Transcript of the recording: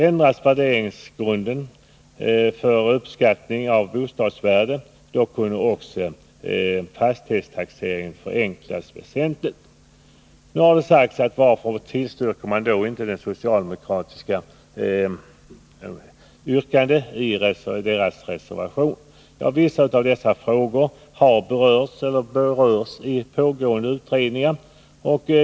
Ändras värderingsgrunden för uppskattning av bostadsvärdet skulle fastighetstaxeringen kunna förenklas väsentligt. Nu har man frågat: Varför tillstyrker då inte utskottet det socialdemokratiska reservationsyrkandet? Vissa av dessa frågor har berörts eller berörs i pågående utredningar.